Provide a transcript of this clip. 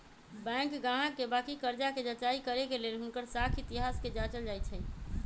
bank गाहक के बाकि कर्जा कें जचाई करे के लेल हुनकर साख इतिहास के जाचल जाइ छइ